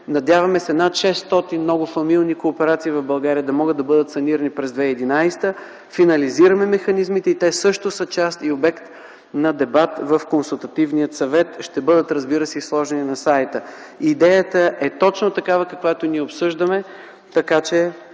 Надяваме се над 600 многофамилни кооперации в България да могат да бъдат санирани през 2011 г. Финализираме механизмите. Те също са част и обект на дебат в Консултативния съвет. Ще бъдат сложени на сайта. Идеята е точно такава, каквато я обсъждаме.